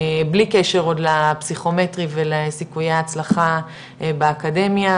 בלי קשר עוד לפסיכומטרי ולסיכויי ההצלחה באקדמיה,